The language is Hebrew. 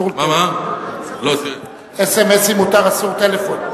אסור טלפון.